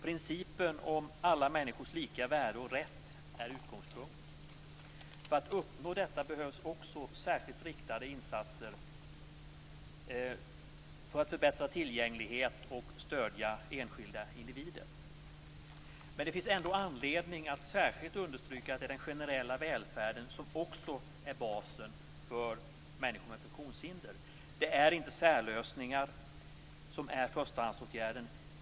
Principen om alla människors lika värde och rätt är utgångspunkt. För att uppnå detta behövs också särskilt riktade insatser för att förbättra tillgänglighet och stödja enskilda individer. Det finns ändå anledning att särskilt understryka att det är den generella välfärden som är basen också för människor med funktionshinder. Det är inte särlösningar som är förstahandsåtgärden.